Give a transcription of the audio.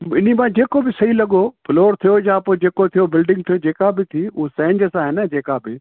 इन पासे जेको बि सही लॻो फ्लोर थियो जा पोइ जेको थियो बिल्डिंग थी जेका बि थी उहा सहंज सां आहे न जेका बि